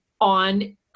on